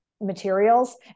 materials